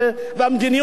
הממשלה הזאת,